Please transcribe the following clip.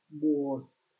wars